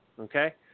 okay